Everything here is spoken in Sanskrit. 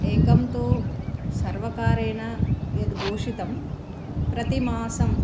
एकं तु सर्वकारेण यद् घोषितं प्रतिमासम्